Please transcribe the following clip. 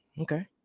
Okay